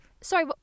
sorry